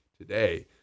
today